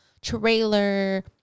trailer